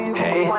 hey